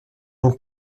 donc